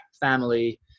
family